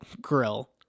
grill